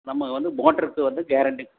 நம்ம வந்து மோட்ருக்கு வந்து கேரன்ட்டி